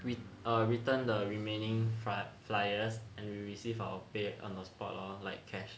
we return the remaining fly flyers and we received our pay on the spot lor like cash